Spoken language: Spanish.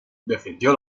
defendió